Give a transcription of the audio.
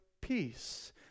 peace